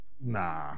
Nah